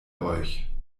euch